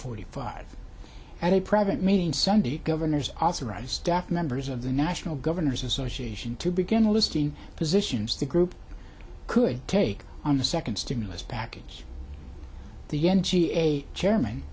forty five at a private meeting sunday governors also right staff members of the national governors association to begin listing positions the group could take on the second stimulus package the energy a chairman